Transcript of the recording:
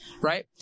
right